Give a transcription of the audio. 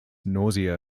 nausea